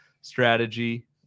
strategy